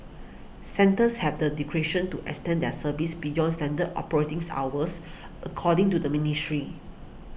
centres have the discretion to extend their services beyond standard operating hours according to the ministry